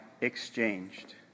exchanged